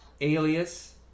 Alias